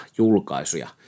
julkaisuja